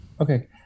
Okay